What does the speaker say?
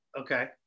okay